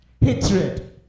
hatred